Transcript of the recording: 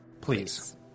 please